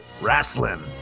wrestling